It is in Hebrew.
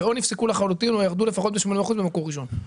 ונפסקו לחלוטין או לפחות ירדו ב-80% במקור ראשון?